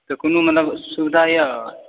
तऽ कोनो मतलब सुविधा यऽ